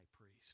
priest